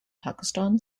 pakistan